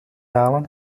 halen